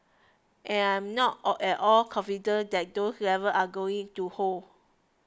I'm not all at all confident that those are going to hold